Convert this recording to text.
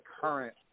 current